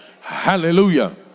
Hallelujah